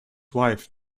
wife